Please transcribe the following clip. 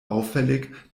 auffällig